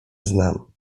znam